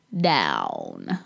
down